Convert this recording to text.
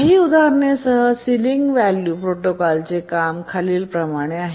काही उदाहरणे सह सिलिंग व्हॅल्यू प्रोटोकॉलचे काम खालील प्रमाणे आहे